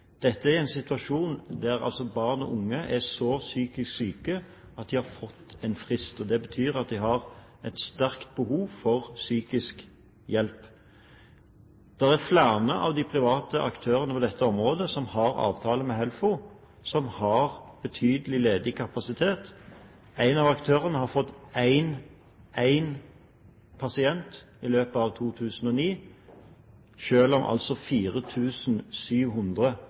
Dette er en situasjon der barn og unge er så psykisk syke at de har fått en frist. Det betyr at de har et sterkt behov for psykisk hjelp. Det er flere av de private aktørene på dette området som har avtale med HELFO, som har betydelig ledig kapasitet. En av aktørene har fått én pasient i løpet av 2009, selv om altså